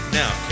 now